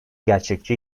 gerçekçi